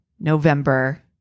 November